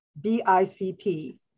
BICP